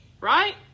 Right